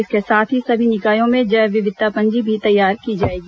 इसके साथ ही सभी निकायों में जैव विविधता पंजी भी तैयार की जाएगी